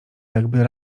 jakby